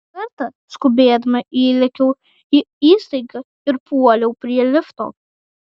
kartą skubėdama įlėkiau į įstaigą ir puoliau prie lifto